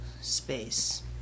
space